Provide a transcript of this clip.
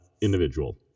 individual